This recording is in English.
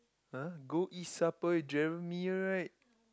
!huh! go eat supper with Jeremy right